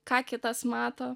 ką kitas mato